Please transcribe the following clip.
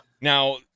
Now